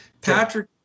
Patrick